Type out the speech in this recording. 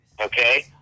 okay